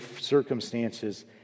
circumstances